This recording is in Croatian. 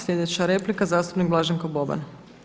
Sljedeća replika, zastupnik Blaženko Boban.